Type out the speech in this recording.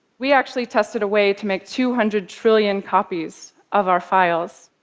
we actually tested a way to make two hundred trillion copies of our files,